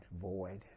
void